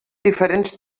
diferents